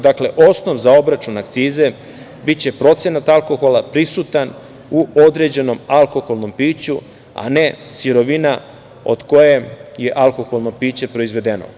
Dakle, osnov za obračun akcize biće procenat alkohola prisutan u određenom alkoholnom piću, a ne sirovina od kojeg je alkoholno piće proizvedeno.